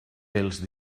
els